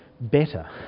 better